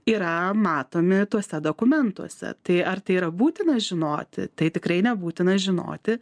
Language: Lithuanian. yra matomi tuose dokumentuose tai ar tai yra būtina žinoti tai tikrai nebūtina žinoti